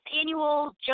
annual